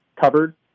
covered